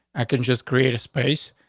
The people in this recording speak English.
i can just create a space.